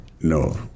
No